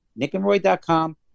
nickandroy.com